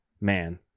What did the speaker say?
man